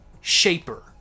shaper